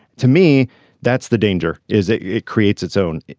to me that's the danger is it it creates its own.